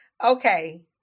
Okay